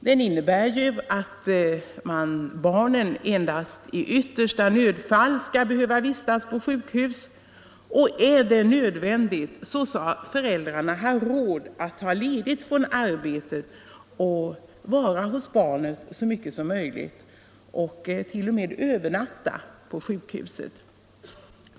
Den innebär ju att barnet endast i yttersta nödfall skall behöva vistas på sjukhus; är det nödvändigt skall föräldrarna ha råd att ta ledigt från arbetet för att vara hos barnet så mycket som möjligt, t.o.m. övernatta på sjukhuset.